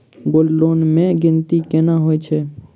Gold loan केँ गिनती केना होइ हय?